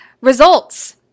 results